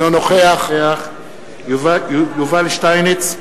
אינו נוכח יובל שטייניץ,